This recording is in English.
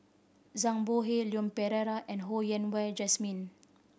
Zhang Bohe Leon Perera and Ho Yen Wah Jesmine